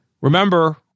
Remember